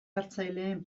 hartzaileen